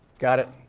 got it.